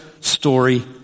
story